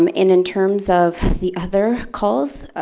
um in in terms of the other calls,